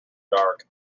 dark